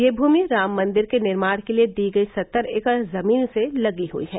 यह भूमि राम मंदिर के निर्माण के लिये दी गयी सत्तर एकड़ जमीन से लगी हुई है